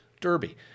Derby